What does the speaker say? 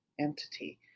entity